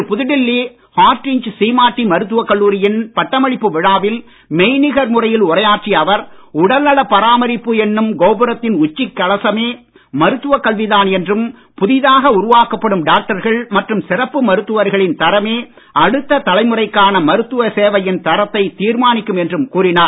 இன்று புதுடில்லி ஹார்டிஞ்ச் சீமாட்டி மருத்துவக் கல்லூரியின் பட்டமளிப்பு விழாவில் மெய்நிகர் முறையில் உரையாற்றிய அவர் உடல்நலப் பராமரிப்பு என்னும் கோபுரத்தின் உச்சிக் கலசமே மருத்துவக் கல்விதான் என்றும் புதிதாக உருவாக்கப்படும் டாக்டர்கள் மற்றும் சிறப்பு மருத்துவர்களின் தரமே அடுத்த தலைமுறைக்கான மருத்துவ சேவையின் தரத்தை தீர்மானிக்கும் என்றும் கூறினார்